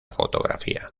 fotografía